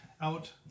Out